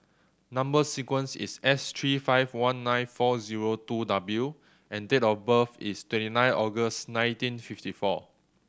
number sequence is S three five one nine four zero two W and date of birth is twenty nine August nineteen fifty four